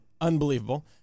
unbelievable